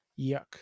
yuck